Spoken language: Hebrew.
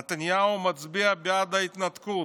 נתניהו מצביע בעד ההתנתקות.